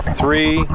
three